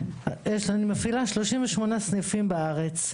אני מפעילה 38 סניפים בארץ,